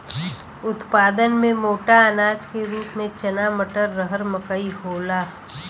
उत्पादन में मोटा अनाज के रूप में चना मटर, रहर मकई होला